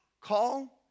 call